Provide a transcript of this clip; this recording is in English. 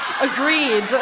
Agreed